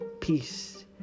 peace